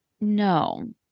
No